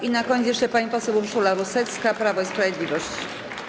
I na koniec jeszcze pani poseł Urszula Rusecka, Prawo i Sprawiedliwość.